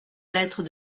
lettre